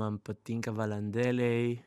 man patinka balandėliai